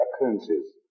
occurrences